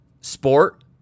Sport